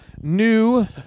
new